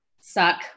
suck